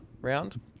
round